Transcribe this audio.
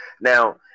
Now